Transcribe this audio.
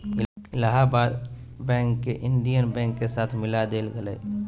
Allahabad bank के Indian bank के साथ मिला देल गेले